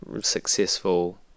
successful